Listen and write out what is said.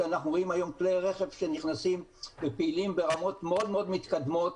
כשאנחנו רואים היום כלי רכב שנכנסים ופעילים ברמות מאוד מאוד מתקדמות.